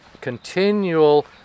continual